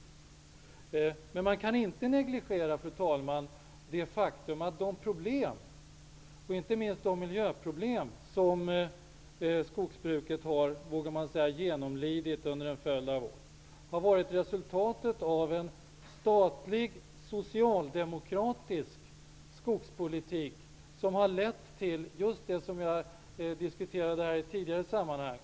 Däremot kan man inte negligera det faktum att de problem -- inte minst gäller det då miljöproblem -- som skogsbruket, vågar jag nog säga, genomlidit under en följd av år är resultatet av en statlig, socialdemokratisk skogspolitik, som har lett till just det som vi tidigare diskuterade i ett annat sammanhang.